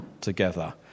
together